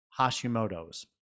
Hashimoto's